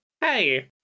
Hey